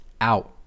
out